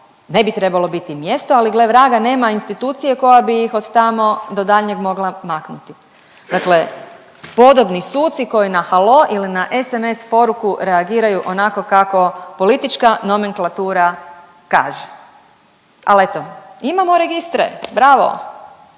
ne bi trebalo biti mjesta, ali gle vraga nema institucije koja bi ih od tamo do daljnjeg mogla maknuti, dakle podobni suci koji na halo ili na SMS poruku reagiraju onako kako politička nomenklatura kaže, al eto imamo registre, bravo,